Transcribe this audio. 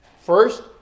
First